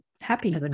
happy